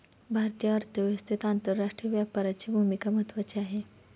भारतीय अर्थव्यवस्थेत आंतरराष्ट्रीय व्यापाराची भूमिका महत्त्वाची आहे